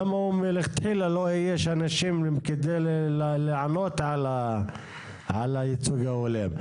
למה הוא מלכתחילה לא אייש אנשים כדי לענות על הייצוג ההולם?